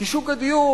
כי שוק הדיור,